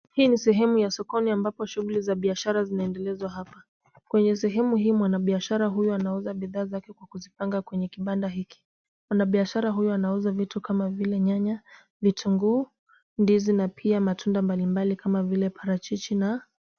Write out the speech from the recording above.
Hii ni sehemu ya sokoni ambapo shughuli za biashara zinaendelezwa hapa. Kwenye sehemu hii mwanabiashara huyu anauza bidhaa zake kwa kuzipanga kwenye kibanda hiki. Mwanabiashara huyu anauza vitu kama vile nyanya, vitunguu, ndizi na pia matunda mbalimbali kama vile parachichi.